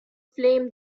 flame